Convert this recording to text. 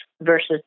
versus